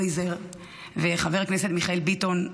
לחבר הכנסת מיכאל ביטון,